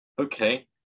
Okay